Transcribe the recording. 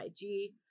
IG